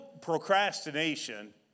procrastination